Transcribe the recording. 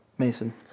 Mason